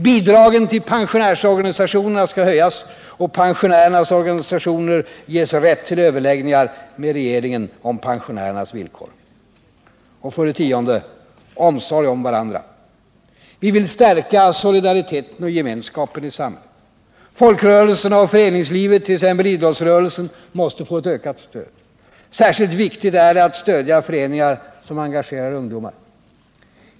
Bidragen till pensionärsorganisationerna skall höjas och pensionärernas riksorganisationer ges rätt till överläggningar med regeringen om pensionärernas villkor. Vi vill stärka solidariteten och gemenskapen i samhället. Folkrörelserna och föreningslivet, t.ex. idrottsrörelsen, måste få ett ökat stöd. Särskilt viktigt är det att stödja föreningar som engagerar ungdomar.